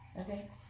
Okay